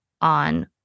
on